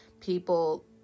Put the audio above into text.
people